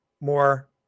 more